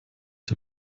der